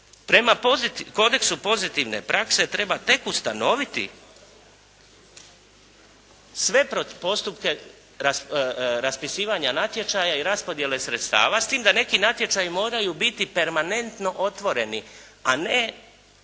prema Kodeksu pozitivne prakse treba tek ustanoviti sve pretpostupke raspisivanja natječaja i raspodjele sredstava, s tim da neki natječaji moraju biti permanentno otvoreni, a ne